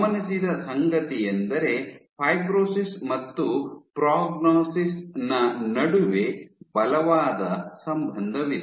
ಗಮನಿಸಿದ ಸಂಗತಿಯೆಂದರೆ ಫೈಬ್ರೋಸಿಸ್ ಮತ್ತು ಪ್ರೋಗ್ನೋಸಿಸ್ ನ ನಡುವೆ ಬಲವಾದ ಸಂಬಂಧವಿದೆ